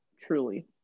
Truly